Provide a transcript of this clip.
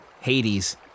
Hades